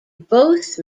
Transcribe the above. both